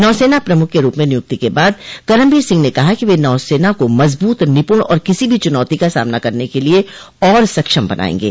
नौसेना प्रमुख के रूप में नियुक्ति के बाद करमबीर सिंह ने कहा कि वे नौसेना को मजबूत निपुण और किसी भी चुनौती का सामना करने के लिए और सक्षम बनायेंगे